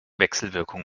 wechselwirkung